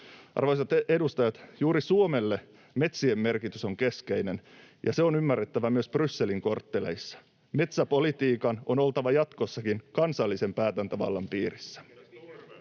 Arvoisat edustajat, juuri Suomelle metsien merkitys on keskeinen, ja se on ymmärrettävä myös Brysselin kortteleissa. Metsäpolitiikan on oltava jatkossakin kansallisen päätäntävallan piirissä.